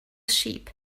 sheep